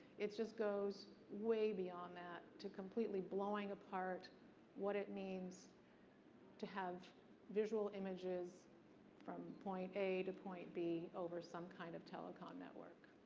it just goes way beyond that to completely blowing apart what it means to have visual images from point a to point b over some kind of telecomm network.